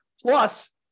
Plus